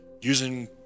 using